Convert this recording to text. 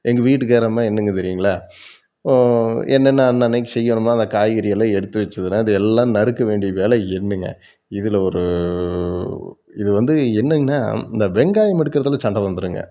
எங்கள் வீட்டுக்காரம்மா என்னங்க தெரியுங்களா என்னென்ன அன்னன்னைக்கு செய்யணுமோ அந்த காய்கறியெல்லாம் எடுத்து வச்சதன்னால் அதை எல்லாம் நறுக்க வேண்டிய வேலை என்னுங்க இதில் ஒரு இது வந்து என்னங்கனா இந்த வெங்காயம் எடுக்குறதில் சண்டை வந்துடுங்க